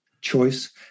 choice